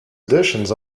editions